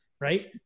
right